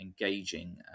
engaging